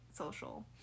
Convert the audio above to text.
social